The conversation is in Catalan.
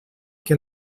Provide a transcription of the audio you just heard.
que